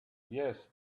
yes